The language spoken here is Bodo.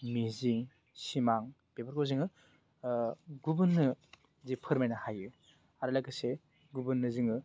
मिजिं सिमां बेफोरखौ जोङो गुबुननो जे फोरमायनो हायो आरो लोगोसे गुबुननो जोङो